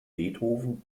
beethoven